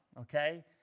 okay